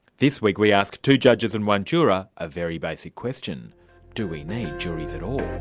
this week we ask two judges and one juror a very basic question do we need juries at all?